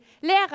»Lehrer